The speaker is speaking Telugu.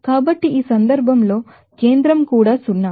కాబట్టి ఈ సందర్భంలో సెంటర్ కూడా సున్నా